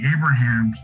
Abraham